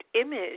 image